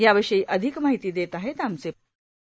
याविषयी अधिक माहिती देत आहेत आमचे प्रतिनिधी